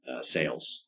sales